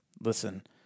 listen